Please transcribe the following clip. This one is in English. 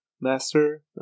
master